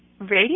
radio